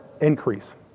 increase